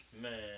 Man